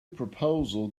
proposal